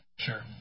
Sure